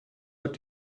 wird